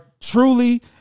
truly